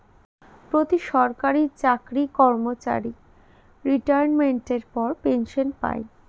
প্রতি সরকারি চাকরি কর্মচারী রিটাইরমেন্টের পর পেনসন পায়